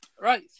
Right